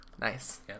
Nice